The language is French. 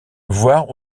voir